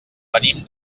venim